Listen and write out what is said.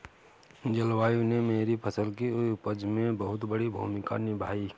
जलवायु ने मेरी फसल की उपज में बहुत बड़ी भूमिका निभाई